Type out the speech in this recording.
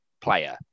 player